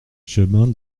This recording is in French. chemin